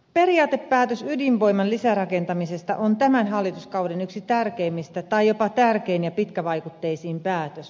periaatepäätös ydinvoiman lisärakentamisesta on tämän hallituskauden yksi tärkeimmistä tai jopa tärkein ja pitkävaikutteisin päätös